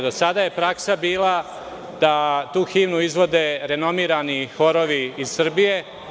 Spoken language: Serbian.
Do sada je praksa bila da tu himnu izvode renomirani horovi iz Srbije.